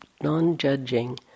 non-judging